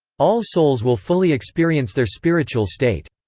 all souls will fully experience their spiritual state.